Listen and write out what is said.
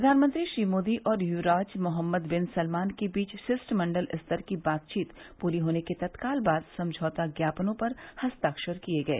प्रधानमंत्री श्री मोदी और युवराज मोहम्मद बिन सलमान के बीच शिष्ट मण्डल स्तर की बातचीत पूरी होने के तत्काल बाद समझौता ज्ञापनों पर हस्ताक्षर किए गए